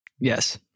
yes